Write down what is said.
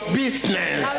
business